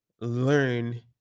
learn